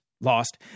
Lost